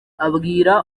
abwira